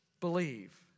believe